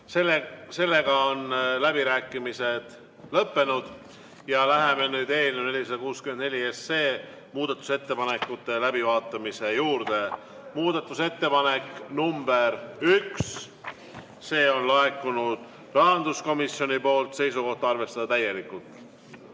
Sellega on läbirääkimised lõppenud. Läheme nüüd eelnõu 464 muudatusettepanekute läbivaatamise juurde. Muudatusettepanek nr 1, see on laekunud rahanduskomisjonilt, seisukoht: arvestada täielikult.